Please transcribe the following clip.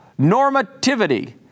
normativity